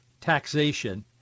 taxation